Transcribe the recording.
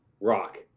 rock